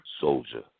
Soldier